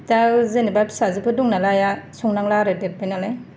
दा जेनेबा फिसाजोफोर दं नालाय आइया संनांला आरो देरबाय नालाय